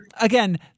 again